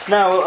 Now